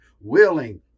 willing